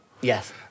yes